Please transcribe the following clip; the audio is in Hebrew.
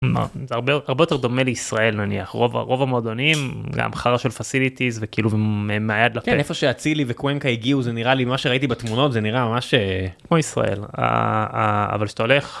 הרבה הרבה יותר דומה לישראל נניח רוב הרוב המועדונים גם חרא של פסיליטיז וכאילו מהיד לפה איפה שהצילי וקווינקה הגיעו זה נראה לי מה שראיתי בתמונות זה נראה ממש כמו ישראל אבל שאתה הולך.